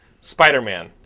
Spider-Man